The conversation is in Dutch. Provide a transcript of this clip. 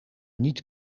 niet